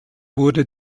wurde